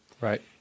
Right